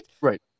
Right